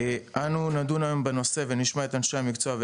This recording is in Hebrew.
אנו נדון היום בנושא ונשמע את אנשי המקצוע,